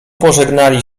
pożegnali